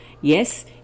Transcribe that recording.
Yes